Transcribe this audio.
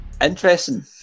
interesting